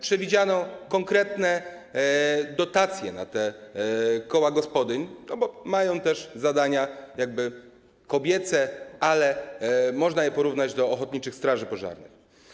Przewidziano konkretne dotacje na te koła gospodyń, bo mają też zadania jakby kobiece, ale można je porównać do ochotniczych straży pożarnych.